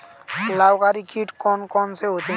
लाभकारी कीट कौन कौन से होते हैं?